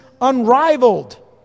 unrivaled